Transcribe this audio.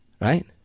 Right